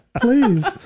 please